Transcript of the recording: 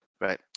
Right